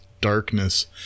darkness